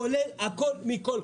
כולל הכול מכול.